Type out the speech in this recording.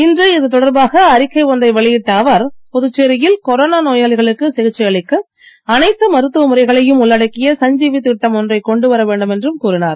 இன்று இதுதொடர்பாக அறிக்கை ஒன்றை வெளியிட்ட அவர் புதுச்சேரியில் கொரோனா நோயாளிகளுக்கு சிகிச்சை அளிக்க அனைத்து மருத்துவ முறைகளையும் உள்ளடக்கிய சஞ்சீவி ஒன்றைக் கொண்டுவர வேண்டும் என்றும் கூறினார்